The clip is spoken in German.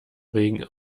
regen